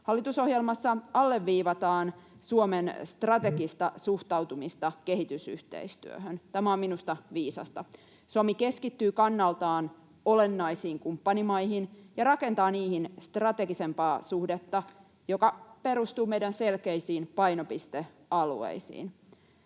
Hallitusohjelmassa alleviivataan Suomen strategista suhtautumista kehitysyhteistyöhön. Tämä on minusta viisasta. Suomi keskittyy kannaltaan olennaisiin kumppanimaihin ja rakentaa niihin strategisempaa suhdetta, joka perustuu meidän selkeisiin painopistealueisiin.